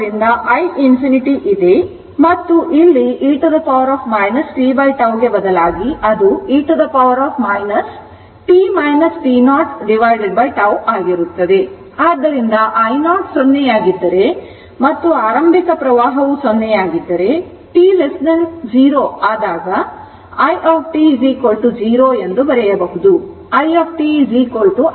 ಆದ್ದರಿಂದiinfinity ಇದೆ ಮತ್ತು ಇಲ್ಲಿ e tτ ಗೆ ಬದಲಾಗಿ ಅದು e t t t 0τ ಆಗಿರುತ್ತದೆ ಆದ್ದರಿಂದ i0 0 ಆಗಿದ್ದರೆ ಮತ್ತು ಆರಂಭಿಕ ಪ್ರವಾಹವು 0 ಆಗಿದ್ದರೆ t0 ಆದಾಗ i t 0 ಎಂದು ಬರೆಯಬಹುದು